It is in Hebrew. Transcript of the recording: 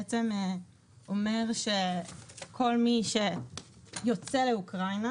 אומר שכל מי שיוצא לאוקראינה